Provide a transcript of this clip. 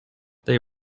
they